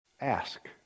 Ask